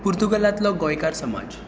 पुर्तुगालांतलो गोंयकार समाज